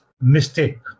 mistake